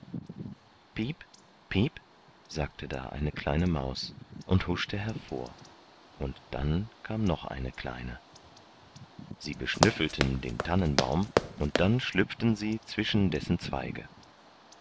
pip pip sagte da eine kleine maus und huschte hervor und dann kam noch eine kleine sie beschnüffelten den tannenbaum und dann schlüpften sie zwischen dessen zweige